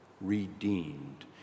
redeemed